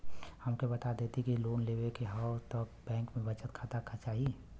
हमके बता देती की लोन लेवे के हव त बैंक में बचत खाता चाही?